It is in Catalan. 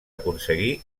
aconseguir